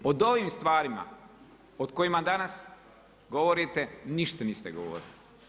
O ovim stvarima o kojima danas govorite ništa niste govorili.